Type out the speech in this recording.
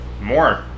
more